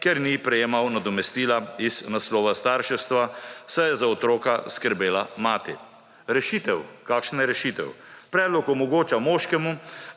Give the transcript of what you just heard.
ker ni prejemal nadomestila iz naslova starševstva, saj je za otroka skrbela mati. Rešitev, kakšna je rešitev? Predlog omogoča moškemu,